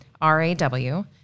R-A-W